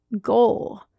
goal